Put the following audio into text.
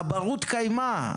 עניין בר-קיימא.